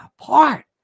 apart